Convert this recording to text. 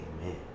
amen